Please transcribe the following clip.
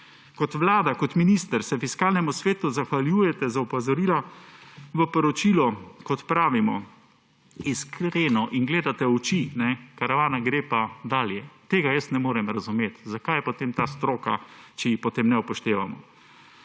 Kot Vlada, kot minister, se Fiskalnemu svetu zahvaljujete za opozorila v poročilu; kot pravimo, iskreno, in gledate v oči, karavana gre pa dalje. Tega jaz ne morem razumeti. Zakaj je potem ta stroka, če je potem ne upoštevamo?